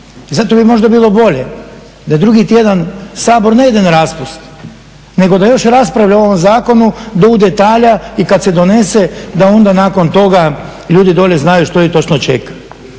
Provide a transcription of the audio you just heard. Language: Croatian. zato bi možda bilo bolje da drugi tjedan Sabor ne ide na raspust nego da još raspravlja o ovom zakonu do u detalja i kad se donese da onda nakon toga ljudi dolje znaju što ih točno čeka.